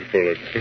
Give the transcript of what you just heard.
Bullet